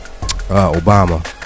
Obama